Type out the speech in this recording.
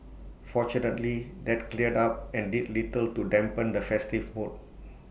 fortunately that cleared up and did little to dampen the festive mood